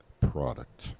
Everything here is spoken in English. product